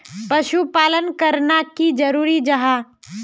पशुपालन करना की जरूरी जाहा?